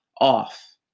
off